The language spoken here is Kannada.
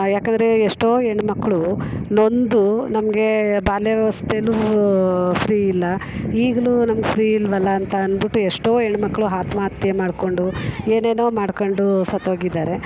ಯಾಕೆಂದ್ರೆ ಎಷ್ಟೋ ಹೆಣ್ಮಕ್ಳು ನೊಂದು ನಮಗೆ ಬಾಲ್ಯಾ ವ್ಯವಸ್ಥೆ ಅಲ್ಲೂ ಫ್ರೀ ಇಲ್ಲ ಈಗಲೂ ನಮ್ಗೆ ಫ್ರೀ ಇಲ್ಲವಲ್ಲ ಅಂತ ಅಂದ್ಬಿಟ್ಟು ಎಷ್ಟೋ ಹೆಣ್ಮಕ್ಳು ಆತ್ಮಹತ್ಯೆ ಮಾಡಿಕೊಂಡು ಏನೇನೋ ಮಾಡ್ಕೊಂಡು ಸತ್ತೋಗಿದ್ದಾರೆ